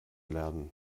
lernen